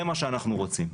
זה מה שאנחנו רוצים,